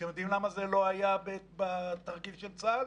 אתם יודעים למה זה לא היה בתרגיל של צה"ל?